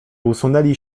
usunęli